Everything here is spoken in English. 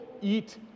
eat